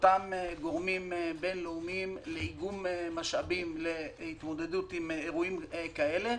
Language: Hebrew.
אותם גורמים בין-לאומיים לאיגום משאבים להתמודדות עם אירועים כאלה,